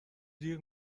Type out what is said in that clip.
جیغ